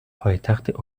پایتخت